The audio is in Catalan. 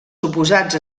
suposats